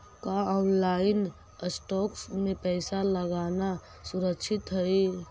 का online stocks में पैसा लगाना सुरक्षित हई